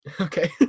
Okay